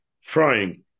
frying